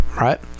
right